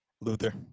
Luther